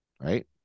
right